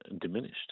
diminished